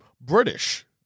British